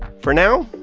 for now,